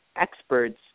experts